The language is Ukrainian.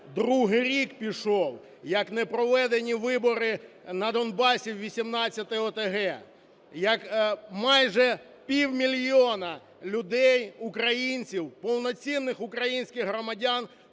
другий рік пішов як не проведені вибори на Донбасі у вісімнадцяте ОТГ, як майже пів мільйона людей українців, повноцінних українських громадян,